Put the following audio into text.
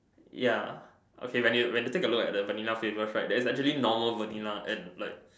ya okay when you when you take a look at the Vanilla flavors right there's actually normal Vanilla and like